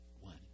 One